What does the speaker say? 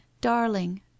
darling